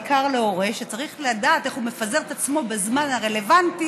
בעיקר להורה שצריך לדעת איך הוא מפזר את עצמו בזמן הרלוונטי,